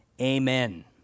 Amen